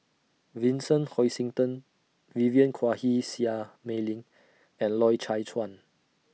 Vincent Hoisington Vivien Quahe Seah Mei Lin and Loy Chye Chuan